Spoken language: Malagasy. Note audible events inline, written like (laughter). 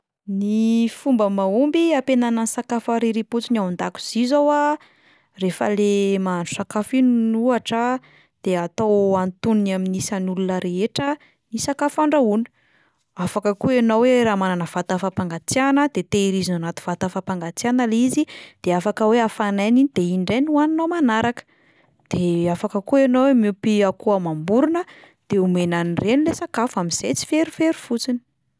Ny fomba mahomby hampihenana ny sakafo ariariam-potsiny ao an-dakozia zao a, rehefa le mahandro sakafo iny (hesitation) ohatra de atao antonony amin'ny isan'olona rehetra ny sakafo handrahoina, afaka koa ianao hoe raha manana vata fampangatsiahana de tehirizina ao anaty vata fampangatsiahana le izy de afaka hoe afanaina iny de iny indray no hohaninao manaraka, de afaka koa ianao hoe miompy akoho amam-borona de omena an'ireny le sakafo amin'izay tsy verivery fotsiny.